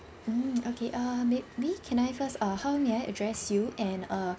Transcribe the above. mm okay uh maybe can I first uh how may I address you and uh